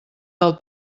del